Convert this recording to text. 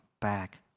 back